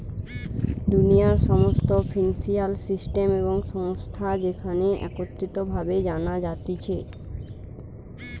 দুনিয়ার সমস্ত financial system এবং সংস্থা যেখানে একত্রিত ভাবে জানা যাতিছে